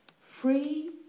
Free